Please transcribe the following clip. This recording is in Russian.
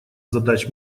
задач